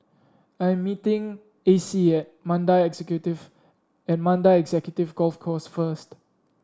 I am meeting Acey at Mandai Executive Golf Course first